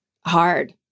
hard